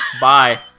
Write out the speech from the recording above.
Bye